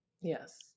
Yes